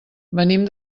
venim